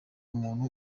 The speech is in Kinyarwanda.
umuntu